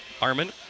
Armin